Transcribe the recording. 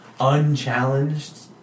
unchallenged